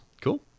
Cool